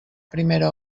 primera